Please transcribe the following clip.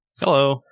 Hello